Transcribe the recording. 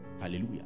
Hallelujah